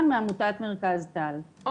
מעמותת מרכז טל, אם אפשר.